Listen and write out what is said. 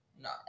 No